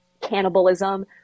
cannibalism